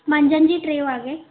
मंझंदि जी टीं वॻे